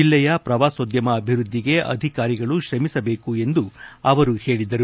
ಜಲ್ಲೆಯ ಪ್ರವಾಸೋದ್ಯಮ ಅಭಿವೃದ್ಧಿಗೆ ಅಧಿಕಾರಿಗಳು ಶ್ರಮಿಸಬೇಕು ಎಂದು ಅವರು ಹೇಳಿದರು